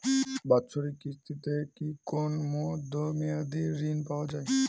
বাৎসরিক কিস্তিতে কি কোন মধ্যমেয়াদি ঋণ পাওয়া যায়?